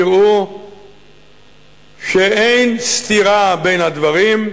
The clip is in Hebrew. יראה שאין סתירה בין הדברים,